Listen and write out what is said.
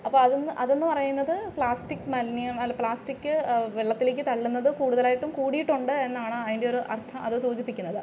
അപ്പോൾ അതെന്ന് അതെന്ന് പറയുന്നത് പ്ലാസ്റ്റിക് മാലിന്യം അല്ല പ്ലാസ്റ്റിക് വെള്ളത്തിലേക്ക് തള്ളുന്നത് കൂടുതലായിട്ടും കൂടിയിട്ടുണ്ട് എന്നാണ് അതിൻ്റെയൊരു അർത്ഥം അത് സൂചിപ്പിക്കുന്നത്